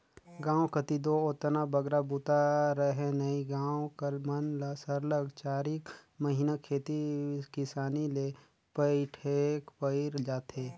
गाँव कती दो ओतना बगरा बूता रहें नई गाँव कर मन ल सरलग चारिक महिना खेती किसानी ले पइठेक पइर जाथे